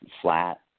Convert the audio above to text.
flat